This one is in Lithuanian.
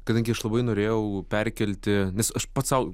kadangi aš labai norėjau perkelti nes aš pats sau